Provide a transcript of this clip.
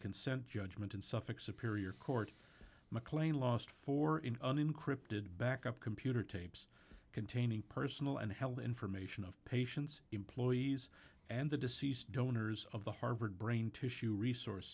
consent judgment in suffolk superior court mclean last for in an encrypted backup computer tapes containing personal and health information of patients employees and the deceased donors of the harvard brain tissue resource